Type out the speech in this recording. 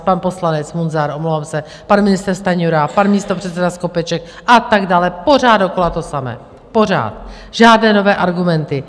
Pan poslanec Munzar, omlouvám se, pan ministr Stanjura, pan místopředseda Skopeček a tak dále, pořád dokola to samé, pořád, žádné nové argumenty.